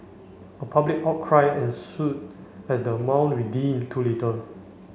a public outcry ensued as the amount deemed too little